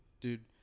dude